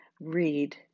read